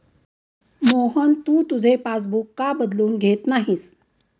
मोहन, तू तुझे पासबुक का बदलून घेत नाहीस?